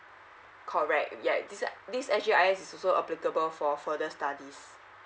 correct ya this s g i s is also applicable for further studies